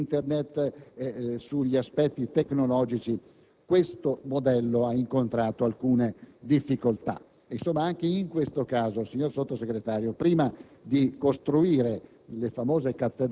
Vi sono tratti comuni di questi cantieri, quali il coinvolgimento dei Comuni e di tutti gli altri attori territoriali, la gestione in forma associata dei servizi e l'utilizzo di Internet